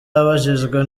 abajijwe